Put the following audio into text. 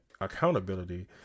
accountability